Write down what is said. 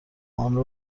آنها